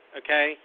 okay